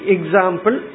Example